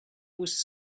was